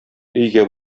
өйгә